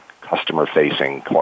customer-facing